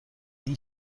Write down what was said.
این